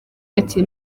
ati